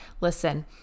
listen